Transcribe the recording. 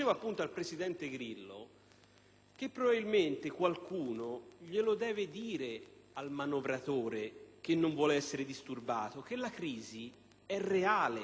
che probabilmente qualcuno glielo deve dire al manovratore che non vuole essere disturbato che la crisi è reale, che non è una crisi virtuale,